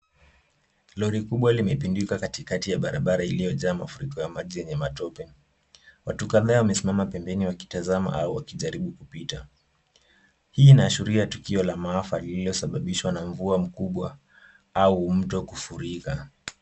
Lori kubwa limepinduka katikati ya barabara iliyojaa mafuriko ya maji yenye matope watu kadhaa wamesimama pembeni wakitazama au wakijaribu kupita hii inaashiria tukio la maafa lililosababishwa na mvua kubwa au mto kufurika